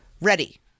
ready